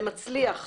זה מצליח.